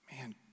Man